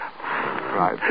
Right